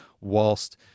whilst